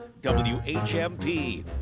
WHMP